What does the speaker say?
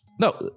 No